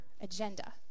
agenda